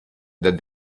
that